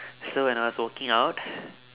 so when I was walking out